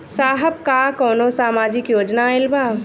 साहब का कौनो सामाजिक योजना आईल बा?